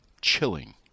chilling